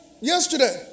yesterday